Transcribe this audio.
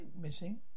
missing